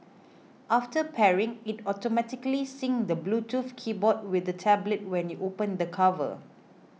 after pairing it automatically syncs the Bluetooth keyboard with the tablet when you open the cover